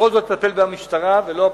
בכל זאת תטפל בה המשטרה ולא הפרקליטות.